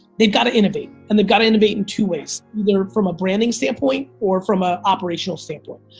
they gotta innovate, and they gotta innovate in two ways. either from a branding standpoint, or from a operational standpoint.